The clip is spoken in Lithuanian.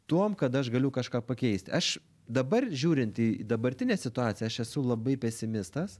tuom kad aš galiu kažką pakeisti aš dabar žiūrint į į dabartinę situaciją aš esu esu labai pesimistas